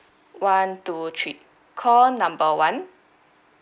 one two three call number one